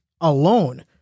alone